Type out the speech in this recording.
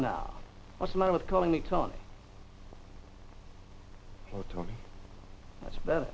now what's the matter with calling me tony or tony that's better